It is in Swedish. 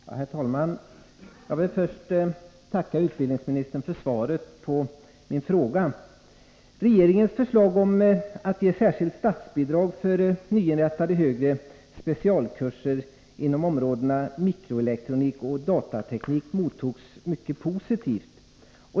Herr talman! Jag vill först tacka utbildningsministern för svaret på min fråga. Regeringens förslag om att det skulle ges särskilt statsbidrag för nyinrättade högre specialkurser inom områdena mikroelektronik och datateknik mottogs mycket positivt.